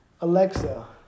Alexa